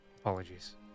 apologies